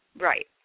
Right